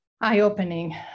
eye-opening